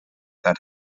that